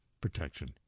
Protection